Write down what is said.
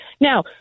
Now